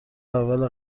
اول